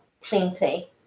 plenty